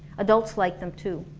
adults like them too